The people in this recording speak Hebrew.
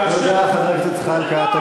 תודה, חבר הכנסת זחאלקה.